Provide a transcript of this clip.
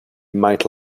might